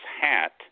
hat